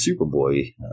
Superboy